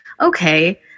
okay